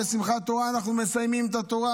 בשמחת תורה אנחנו מסיימים את התורה,